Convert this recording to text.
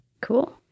cool